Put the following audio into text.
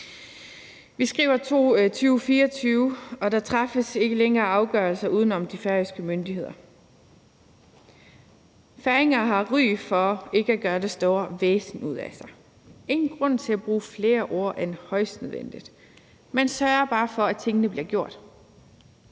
Vi skriver 2024, og der træffes ikke længere afgørelser uden om de færøske myndigheder. Færinger har ry for ikke at gøre det store væsen af sig. Der er ingen grund til at bruge flere ord end højst nødvendigt. Man sørger bare for, at tingene bliver gjort.